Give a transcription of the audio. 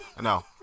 no